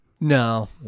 No